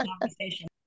conversation